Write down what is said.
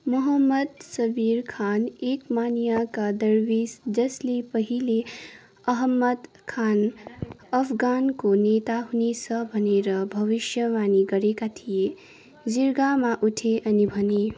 मोहम्मद सबिर खान एक मानियका दर्विस जसले पहिले अहमद खान अफगानको नेता हुनेछ भनेर भविष्यवाणी गरेका थिए जिर्गामा उठे अनि भने